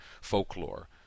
folklore